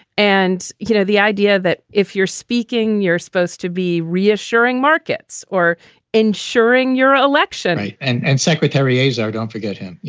and, you know, the idea that if you're speaking, you're supposed to be reassuring markets or ensuring your election. and and. secretary azir, don't forget him.